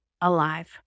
alive